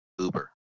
Uber